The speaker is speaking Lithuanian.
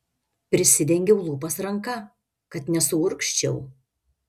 prisidengiau lūpas ranka kad nesuurgzčiau